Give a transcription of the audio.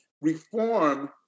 reform